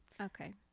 okay